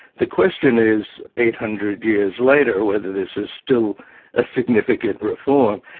the question is, eight hundred years later, whether this is still a significant reform,